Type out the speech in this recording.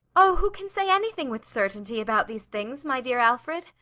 oh, who can say anything with certainty about these things, my dear alfred?